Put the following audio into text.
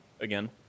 again